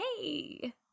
hey